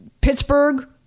Pittsburgh